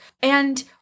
And-